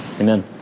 Amen